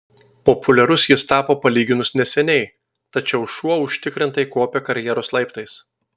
populiarus jis tapo palyginus neseniai tačiau šuo užtikrintai kopia karjeros laiptais